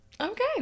okay